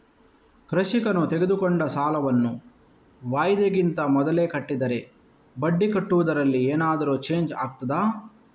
ಕೃಷಿಕನು ತೆಗೆದುಕೊಂಡ ಸಾಲವನ್ನು ವಾಯಿದೆಗಿಂತ ಮೊದಲೇ ಕಟ್ಟಿದರೆ ಬಡ್ಡಿ ಕಟ್ಟುವುದರಲ್ಲಿ ಏನಾದರೂ ಚೇಂಜ್ ಆಗ್ತದಾ?